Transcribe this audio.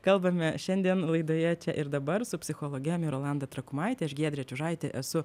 kalbame šiandien laidoje čia ir dabar su psichologe mirolanda trakumaitę aš giedrė čiužaitė esu